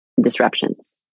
disruptions